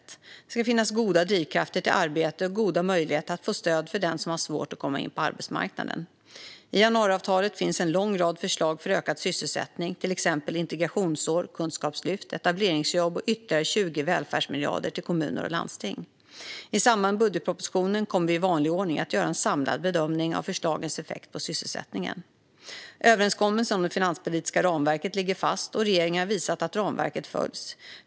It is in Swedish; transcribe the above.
Det ska finnas goda drivkrafter till arbete och goda möjligheter att få stöd för den som har svårt att komma in på arbetsmarknaden. I januariavtalet finns en lång rad förslag för ökad sysselsättning, till exempel integrationsår, kunskapslyft, etableringsjobb och ytterligare 20 välfärdsmiljarder till kommuner och landsting. I samband med budgetpropositionerna kommer vi i vanlig ordning att göra en samlad bedömning av förslagens effekt på sysselsättningen. Överenskommelsen om det finanspolitiska ramverket ligger fast, och regeringen har visat att ramverket följs.